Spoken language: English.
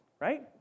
right